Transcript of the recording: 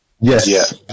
Yes